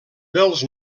dels